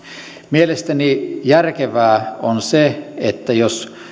mielestäni järkevää on se että jos